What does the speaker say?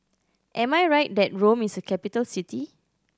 am I right that Rome is a capital city